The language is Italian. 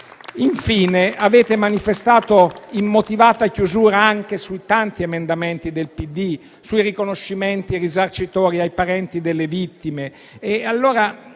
Infine, avete manifestato immotivata chiusura anche su tanti emendamenti del Partito Democratico e sui riconoscimenti risarcitori ai parenti delle vittime.